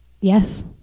Yes